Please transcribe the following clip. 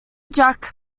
jack